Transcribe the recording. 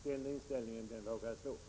Den inställningen vågar jag stå för.